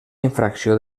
infracció